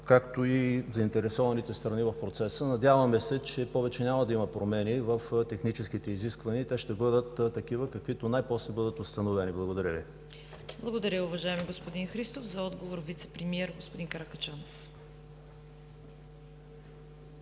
както и заинтересованите страни в процеса. Надяваме се, че повече няма да има промени в техническите изисквания и те ще бъдат такива, каквито най-после бъдат установени. Благодаря. ПРЕДСЕДАТЕЛ ЦВЕТА КАРАЯНЧЕВА: Благодаря Ви, уважаеми господин Христов. За отговор – вицепремиерът Красимир Каракачанов.